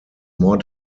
more